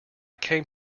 came